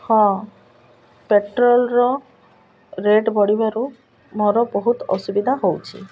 ହଁ ପେଟ୍ରୋଲ୍ର ରେଟ୍ ବଢ଼ିବାରୁ ମୋର ବହୁତ ଅସୁବିଧା ହଉଛି